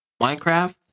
Minecraft